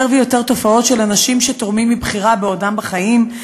ויותר תופעות של אנשים שתורמים מבחירה בעודם בחיים,